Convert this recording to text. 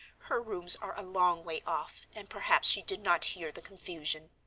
her rooms are a long way off, and perhaps she did not hear the confusion.